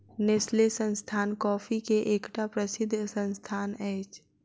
Nestle संस्थान coffee के एकटा प्रसिद्ध संस्थान अछि